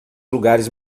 lugares